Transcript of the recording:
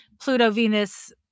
Pluto-Venus